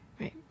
Right